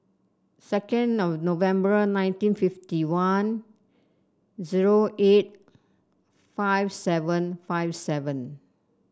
second November nineteen fifty one zero eight five seven five seven